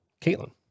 Caitlin